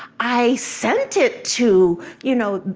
i sent it to, you know,